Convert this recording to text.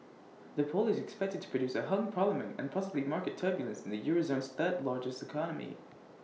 the poll is expected to produce A hung parliament and possibly market turbulence in the euro zone's third largest economy